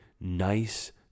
nice